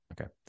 Okay